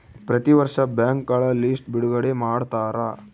ಪ್ರತಿ ವರ್ಷ ಬ್ಯಾಂಕ್ಗಳ ಲಿಸ್ಟ್ ಬಿಡುಗಡೆ ಮಾಡ್ತಾರ